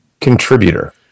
Contributor